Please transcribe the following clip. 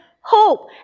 hope